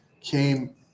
came